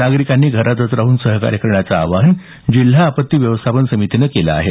नागरिकांनी घरातच राहून सहकार्य करण्याचं आवाहन जिल्हा आपत्ती व्यवस्थापन समितीनं केलं आहे